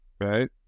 Right